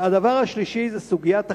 והדבר הרביעי זה סוגיית החניות.